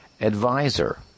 advisor